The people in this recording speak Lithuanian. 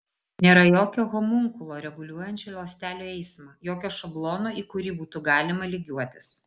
nėra jokio homunkulo reguliuojančio ląstelių eismą jokio šablono į kurį būtų galima lygiuotis